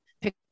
pick